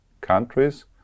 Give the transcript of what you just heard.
countries